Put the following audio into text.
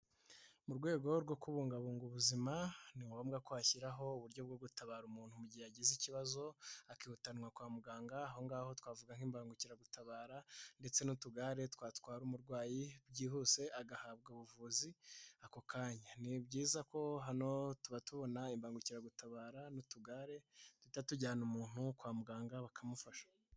Mu rwego rwo kubungabunga ubuzima, ni ngombwa ko hashyiraho uburyo bwo gutabara umuntu mu gihe yagize ikibazo, akihutanwa kwa muganga. Aho ngaho twavuga nk'imbangukiragutabara ndetse n'utugare twatwara umurwayi byihuse, agahabwa ubuvuzi ako kanya. Ni byiza ko hano tuba tubona imbangukiragutabara n'utugare duhita tujyana umuntu kwa muganga bakamufasha.